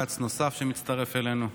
כץ נוסף שמצטרף אלינו.